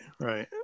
Right